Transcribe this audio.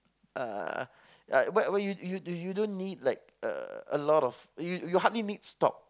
uh like why why you you you don't need like a a lot of you you hardly need stock